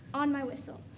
on my whistle,